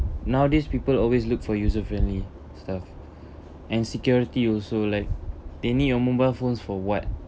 nowadays people always look for user friendly stuff and security also like they need your mobile phones for what